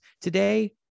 Today